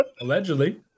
Allegedly